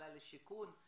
אולי לשיכון.